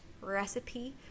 recipe